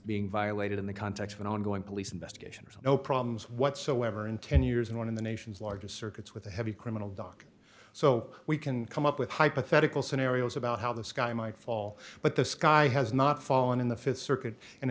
being violated in the context of an ongoing police investigation or no problems whatsoever in ten years and one of the nation's largest circuits with a heavy criminal dock so we can come up with hypothetical scenarios about how the sky might fall but the sky has not fallen in the th circuit and